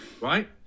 Right